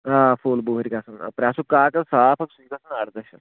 آ فُل بُہٕر گَژھن پرٮ۪سُک کاکز صاف اَکھ سُہ چھُ گَژھن اردہ شیٚتھ